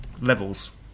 levels